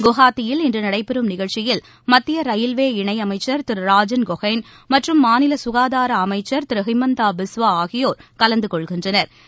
குவாஹாத்தியில் இன்று நடைபெறும் நிகழ்ச்சியில் மத்திய ரயில்வே துறை இணை அமைச்ச் திரு ராஜன் கோகைள் மற்றும் மாநில சுகாதார அமைச்சன் திரு ஹிம்மந்தா பிஸ்வா ஆகியோா கலந்து கொள்கின்றனா்